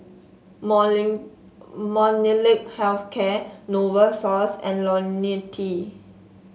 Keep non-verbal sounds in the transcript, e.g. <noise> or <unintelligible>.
<unintelligible> Molnylcke Health Care Novosource and IoniL T